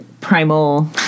primal